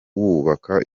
wubaka